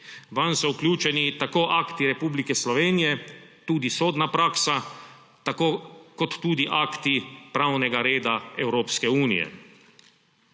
Vanj so vključeni tako akti Republike Slovenije, tudi sodna praksa, tako kot tudi akti pravnega reda Evropske unije.